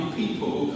people